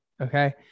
okay